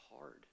hard